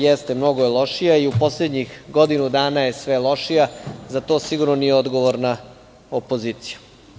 Jeste, mnogo je lošija i u poslednjih godinu dana je sve lošija, ali za to sigurno nije odgovorna opozicija.